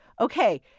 Okay